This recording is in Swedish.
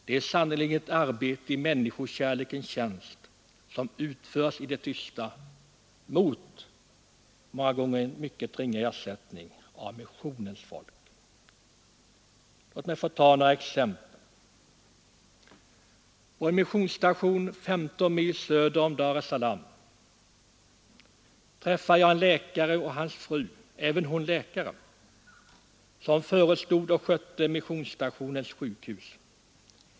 Det är sannerligen ett arbete i människokärlekens tjänst som utförs i det tysta, mot en mycket ringa ersättning, av missionens folk. Låt mig få ta några exempel. På en missionsstation 15 mil söder om Dar es-Salaam träffade jag en läkare och hans fru, även hon läkare, som förestod och skötte missionsstationens sjukhus.